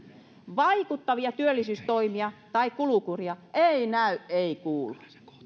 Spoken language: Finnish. vaikuttavia työllisyystoimia tai kulukuria ei näy ei kuulu